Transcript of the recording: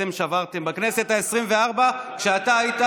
אתם שברתם בכנסת העשרים-וארבע כשאתה היית,